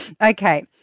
Okay